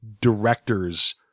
directors